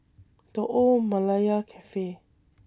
The Old Malaya Cafe